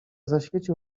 zaświecił